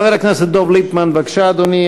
חבר הכנסת דב ליפמן, בבקשה, אדוני.